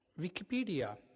Wikipedia